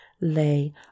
lay